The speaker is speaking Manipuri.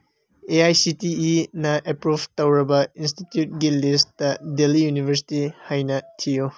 ꯑꯦ ꯑꯥꯏ ꯁꯤ ꯇꯤ ꯏꯅ ꯑꯦꯄ꯭ꯔꯨꯞ ꯇꯧꯔꯕ ꯏꯟꯁꯇꯤꯇ꯭ꯌꯨꯠꯀꯤ ꯂꯤꯁꯇ ꯗꯦꯜꯂꯤ ꯌꯨꯅꯤꯚꯔꯁꯤꯇꯤ ꯍꯥꯏꯅ ꯊꯤꯌꯨ